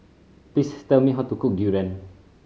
please tell me how to cook durian